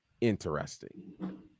interesting